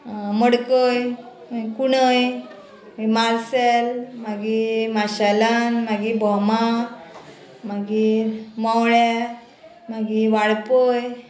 मडकय कुणय मागीर मार्सेल मागी माशेलान मागी भोमा मागीर मोळ्या मागीर वाळपय